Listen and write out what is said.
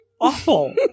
awful